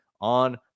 on